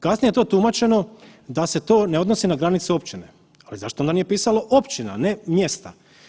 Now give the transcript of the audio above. Kasnije je to tumačeno da se to ne odnosi na granicu općine, ali zašto onda nije pisalo općina, a ne mjesta.